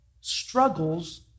struggles